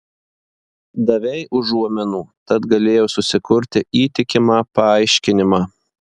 davei užuominų tad galėjau susikurti įtikimą paaiškinimą